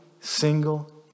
single